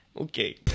Okay